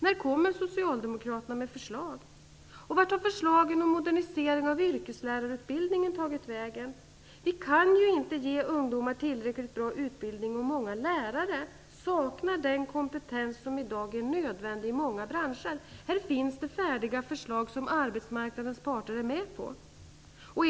När kommer Socialdemokraterna med förslag? Vart har förslagen om moderniseringen av yrkeslärarutbildningen tagit vägen? Vi kan inte ge ungdomar tillräckligt bra utbildning om många lärare saknar den kompetens som i dag är nödvändig i många branscher. Här finns det färdiga förslag som arbetsmarknadens parter är med på.